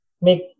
make